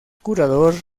curador